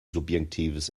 subjektives